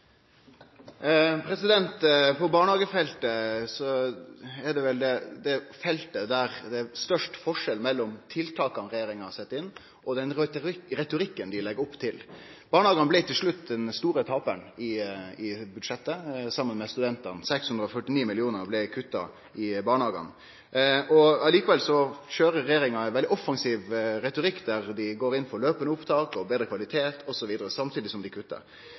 størst forskjell mellom tiltaka regjeringa set inn, og den retorikken dei brukar. Barnehagane blei til slutt den store taparen i budsjettet – saman med studentane – 649 mill. kr blei kutta i barnehagane. Likevel køyrer regjeringa ein veldig offensiv retorikk, der dei går inn for løpande opptak, betre kvalitet osv., samtidig som dei kuttar.